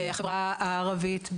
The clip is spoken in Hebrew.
החברה הערבית,